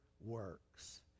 works